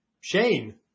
Shane